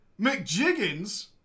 McJiggins